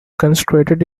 consecrated